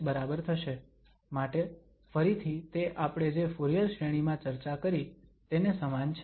માટે ફરીથી તે આપણે જે ફુરીયર શ્રેણી માં ચર્ચા કરી તેને સમાન છે